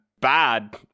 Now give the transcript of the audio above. bad